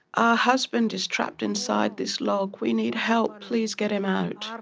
our husband is trapped inside this log, we need help, please get him out.